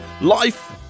Life